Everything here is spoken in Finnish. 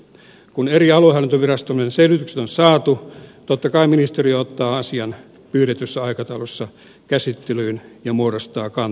kun eri aluehallintovirastojen selvitykset on saatu totta kai ministeriö ottaa asian pyydetyssä aikataulussa käsittelyyn ja muodostaa kantansa